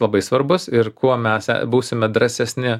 labai svarbus ir kuo mes būsime drąsesni